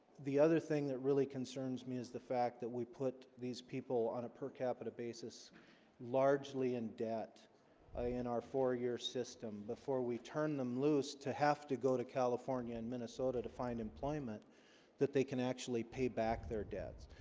the other thing that really concerns me is the fact that we put these people on a per capita basis largely in debt i in our four-year system before we turn them loose to have to go to california in minnesota to find employment that they can actually pay back their debts,